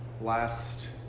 last